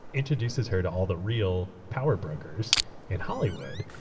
introduces her to all the real power brokers in hollywood,